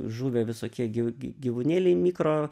žuvę visokie gy gyvūnėliai mikro